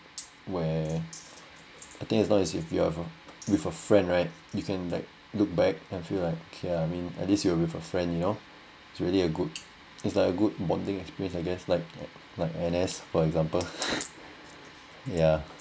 where I think as long as if you are uh with a friend right you can like look back and feel like okay ah I mean at least you were with a friend you know it's really a good it's like a good bonding experience I guess like like N_S for example ya